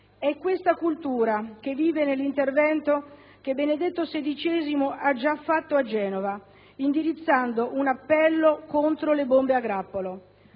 È questa cultura che vive nell'intervento che Benedetto XVI ha già fatto a Genova, indirizzando un appello contro le bombe a grappolo.